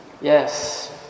Yes